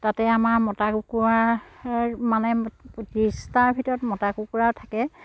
তাতে আমাৰ মতা কুকুৰাৰ মানে ত্ৰিছটাৰ ভিতৰত মতা কুকুৰা থাকে